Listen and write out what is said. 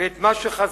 ואת מה שחזה,